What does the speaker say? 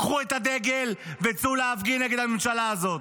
קחו את הדגל וצאו להפגין נגד הממשלה הזאת.